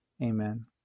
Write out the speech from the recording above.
Amen